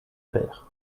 perds